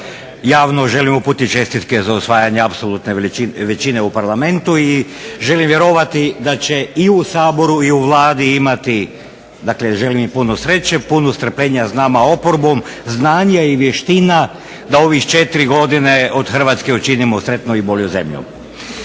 javno želim uputiti čestitke za osvajanje apsolutne većine u Parlamentu i želim vjerovati da će i u Saboru i u Vladi imati, dakle želim im puno sreće, puno strpljenja s nama oporbom, znanje i vještina da u ovih četiri godine od Hrvatske učinimo sretnu i bolju zemlju.